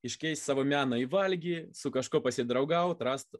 iškeist savo meną į valgį su kažkuo pasidraugaut rast